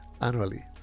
annually